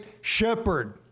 shepherd